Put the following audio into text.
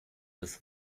des